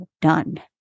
done